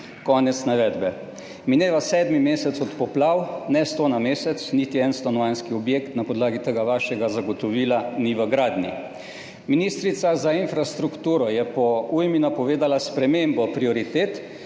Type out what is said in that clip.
Konec navedbe. Mineva sedmi mesec od poplav, ne 100 na mesec, niti en stanovanjski objekt na podlagi tega vašega zagotovila ni v gradnji. Ministrica za infrastrukturo je po ujmi napovedala spremembo prioritet,